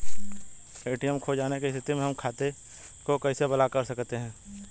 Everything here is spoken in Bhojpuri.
ए.टी.एम खो जाने की स्थिति में हम खाते को कैसे ब्लॉक कर सकते हैं?